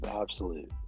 absolute